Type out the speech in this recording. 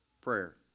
prayer